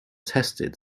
tested